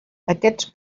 aquests